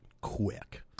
quick